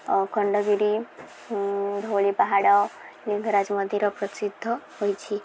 ଖଣ୍ଡଗିରି ଧଉଳି ପାହାଡ଼ ଲିଙ୍ଗରାଜ ମନ୍ଦିର ପ୍ରସିଦ୍ଧ ହୋଇଛି